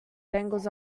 dangles